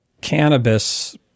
cannabis